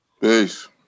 Peace